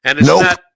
Nope